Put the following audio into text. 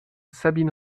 sabine